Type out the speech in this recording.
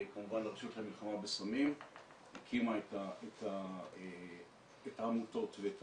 כמובן, הרשות למלחמה בסמים הקימה את העמותות ואת